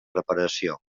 reparació